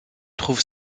trouve